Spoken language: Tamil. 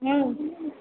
ம்